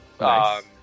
Nice